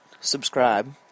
subscribe